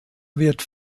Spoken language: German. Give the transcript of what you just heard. wird